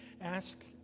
ask